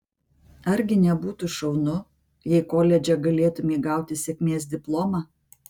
argi nebūtų šaunu jei koledže galėtumei gauti sėkmės diplomą